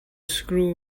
screw